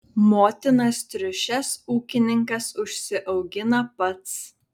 motinas triušes ūkininkas užsiaugina pats